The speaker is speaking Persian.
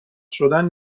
شدن